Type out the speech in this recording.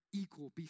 equal